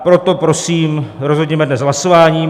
Proto prosím rozhodněme dnes hlasováním.